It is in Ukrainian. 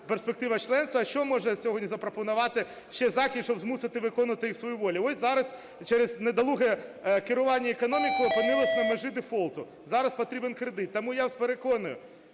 перспектива членства. Що може сьогодні запропонувати ще Захід, щоб змусити виконувати свою волю? Ось зараз через недолуге керування економікою опинилися на межі дефолту, зараз потрібен кредит. Тому я вас переконую,